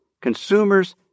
consumers